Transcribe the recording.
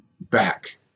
back